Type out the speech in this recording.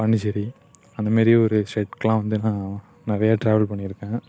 பாண்டிச்சேரி அந்த மாதிரி ஒரு ஸ்டேட்கெலாம் வந்து நான் நிறைய ட்ராவல் பண்ணியிருக்கேன்